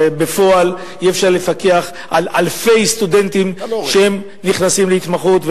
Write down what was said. הרי בפועל אי-אפשר לפקח על אלפי סטודנטים שנכנסים להתמחות,